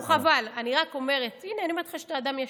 בוא, כבר עברנו, הינה, אני אומרת לך שאתה אדם ישר.